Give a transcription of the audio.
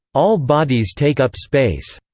all bodies take up space.